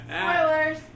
Spoilers